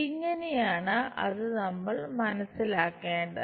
ഇങ്ങനെയാണ് അത് നമ്മൾ മനസ്സിലാക്കേണ്ടത്